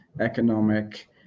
economic